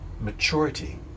maturity